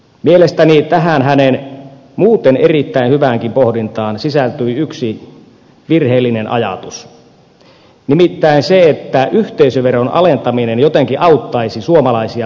mielestäni tähän hänen muuten erittäin hyväänkin pohdintaan sisältyi yksi virheellinen ajatus nimittäin se että yhteisöveron alentaminen jotenkin auttaisi suomalaisia pienyrityksiä